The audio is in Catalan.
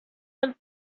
del